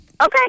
Okay